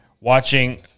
watching